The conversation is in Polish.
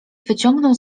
wyciągnął